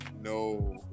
No